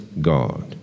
God